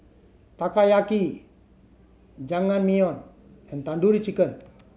Takoyaki Jajangmyeon and Tandoori Chicken